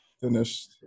finished